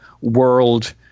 world